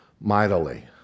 mightily